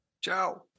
Ciao